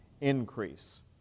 increase